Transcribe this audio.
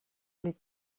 les